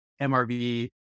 MRV